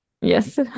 Yes